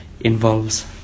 involves